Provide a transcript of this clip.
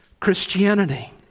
Christianity